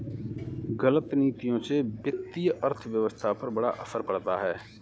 गलत नीतियों से वित्तीय अर्थव्यवस्था पर बड़ा असर पड़ता है